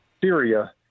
Syria